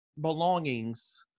belongings